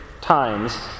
times